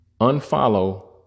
Unfollow